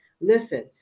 Listen